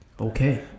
Okay